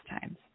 times